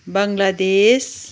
Bangladesh